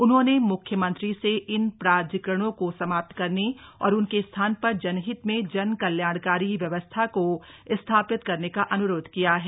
उन्होंने म्ख्यमंत्री से इन प्राधिकरणों को समाप्त करने और उनके स्थान पर जनहित में जन कल्याणकारी व्यवस्था को स्थापित करने का अन्रोध किया है